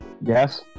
Yes